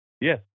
Yes